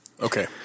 okay